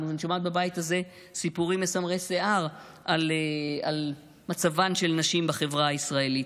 אני שומעת בבית הזה סיפורים מסמרי שיער על מצבן של נשים בחברה הישראלית.